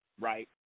Right